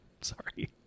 Sorry